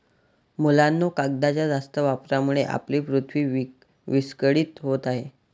मुलांनो, कागदाच्या जास्त वापरामुळे आपली पृथ्वी विस्कळीत होत आहे